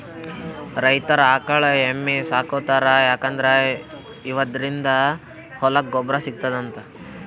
ರೈತರ್ ಆಕಳ್ ಎಮ್ಮಿ ಸಾಕೋತಾರ್ ಯಾಕಂದ್ರ ಇವದ್ರಿನ್ದ ಹೊಲಕ್ಕ್ ಗೊಬ್ಬರ್ ಸಿಗ್ತದಂತ್